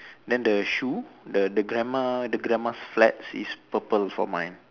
then the shoe the the grandma the grandma's flats is purple for mine